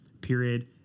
period